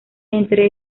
entre